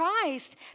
Christ